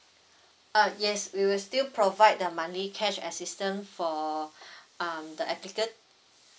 uh yes we will still provide the monthly cash assistance for um the applicant